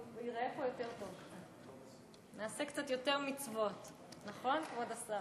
הנושא הראשון שנדון בו הוא: